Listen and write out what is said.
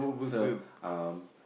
so um